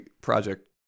project